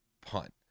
punt